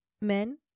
men